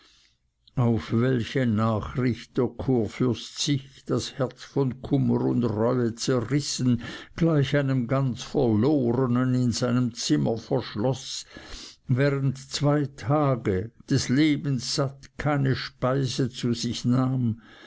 auf welche nachricht der kurfürst sich das herz von kummer und reue zerrissen gleich einem ganz verlorenen in seinem zimmer verschloß während zwei tage des lebens satt keine speise zu sich nahm